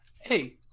Hey